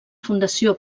fundació